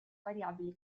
variabile